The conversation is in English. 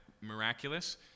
miraculous